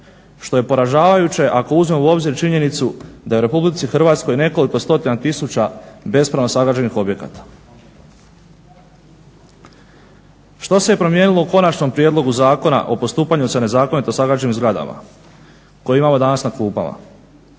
Što je poražavajuće ako uzmemo u obzir činjenicu da je u Republici Hrvatskoj nekoliko stotina tisuća bespravno sagrađenih objekata. Što se je promijenilo u Konačnom prijedlogu Zakonu o postupanju sa nezakonito sagrađenim zgradama koji imamo danas na klupama?